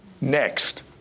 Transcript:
Next